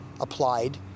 applied